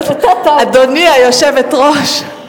אדוני היושבת-ראש.